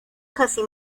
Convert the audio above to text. casi